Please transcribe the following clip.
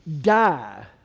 die